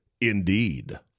indeed